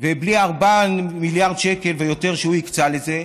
ובלי 4 מיליארד השקלים ויותר שהוא הקצה לזה,